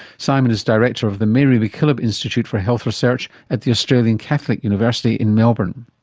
simon is director of the mary mackillop institute for health research at the australian catholic university in melbourne.